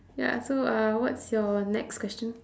ya so uh what's your next question